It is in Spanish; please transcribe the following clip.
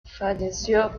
falleció